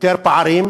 יותר פערים,